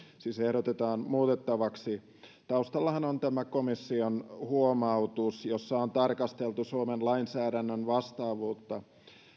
ehdotetaan muutettavaksi taustallahan on tämä komission huomautus jossa on tarkasteltu suomen lainsäädännön vastaavuutta